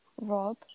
Rob